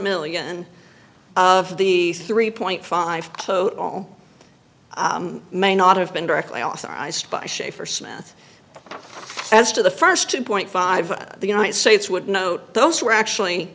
million of the three point five code all may not have been directly authorized by shaffer smith as to the first two point five the united states would note those were actually